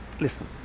listen